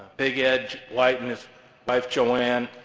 big ed white and his wife, joanne,